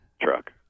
truck